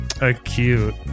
acute